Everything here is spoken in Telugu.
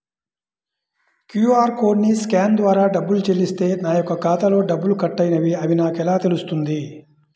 క్యూ.అర్ కోడ్ని స్కాన్ ద్వారా డబ్బులు చెల్లిస్తే నా యొక్క ఖాతాలో డబ్బులు కట్ అయినవి అని నాకు ఎలా తెలుస్తుంది?